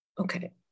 Okay